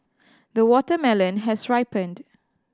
the watermelon has ripened